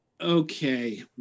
Okay